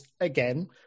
again